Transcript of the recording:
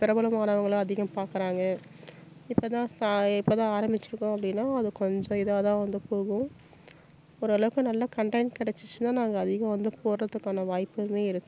பிரபலமானவங்களை அதிகம் பார்க்கறாங்க இப்போதான் சா இப்போதான் ஆரம்மிச்சிருக்கோம் அப்படின்னா அது கொஞ்சம் இதாகதான் வந்து போகும் ஓரளவுக்கு நல்ல கன்டன்ட் கிடைச்சிச்சின்னா நாங்கள் அதிகம் வந்து போடுறதுக்கான வாய்ப்புமே இருக்குது